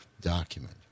document